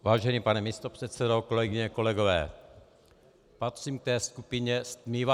Vážený pane místopředsedo, kolegyně, kolegové, patřím k té skupině stmívačů.